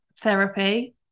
Therapy